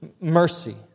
mercy